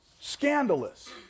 scandalous